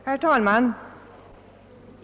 Herr talman!